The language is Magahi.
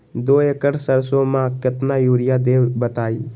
दो एकड़ सरसो म केतना यूरिया देब बताई?